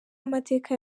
amateka